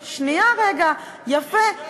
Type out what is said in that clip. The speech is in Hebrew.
שנייה, רגע יפה.